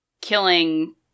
killing